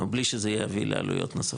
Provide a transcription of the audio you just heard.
בלי שזה יביא לעלויות נוספות.